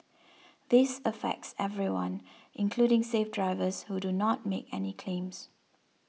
this affects everyone including safe drivers who do not make any claims